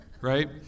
right